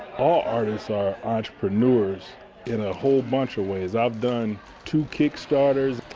all artists are entrepreneurs in a whole bunch of ways. i've done two kick starters,